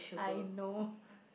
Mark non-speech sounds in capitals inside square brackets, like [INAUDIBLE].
I know [NOISE]